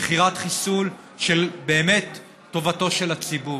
מכירת חיסול של טובתו של הציבור,